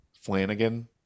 flanagan